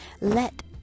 let